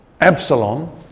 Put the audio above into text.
Absalom